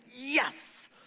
yes